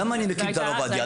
למה אני מקים את הרב עובדיה?